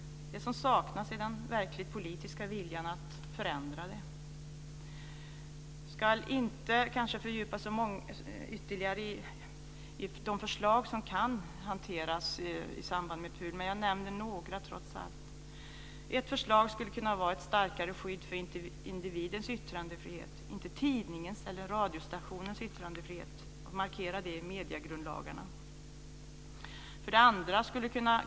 Det som saknas är den verkligt politiska viljan att förändra den. Jag ska kanske inte fördjupa mig ytterligare i de förslag som kan hanteras i samband med PUL, men jag nämner trots allt några. 1. Ett förslag skulle kunna vara ett starkare skydd för individens yttrandefrihet, inte tidningens eller radiostationens yttrandefrihet och markera det i mediegrundlagarna. 2.